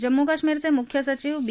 जम्मू कश्मीरचे मुख्य सचिव बी